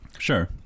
Sure